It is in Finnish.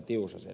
tiusasen